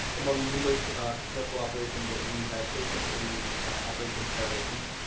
among numerous successful operations that we have taken is operation paradise heat.